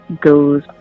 goes